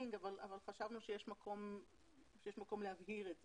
אבל חשבנו שיש מקום להבהיר את זה.